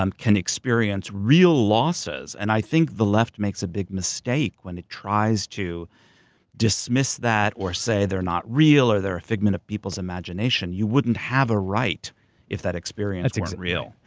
um can experience real losses. and i think the left makes a big mistake when it tries to dismiss that, or say they're not real, or they're a figment of people's imagination. you wouldn't have a right if that experience weren't real.